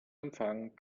empfang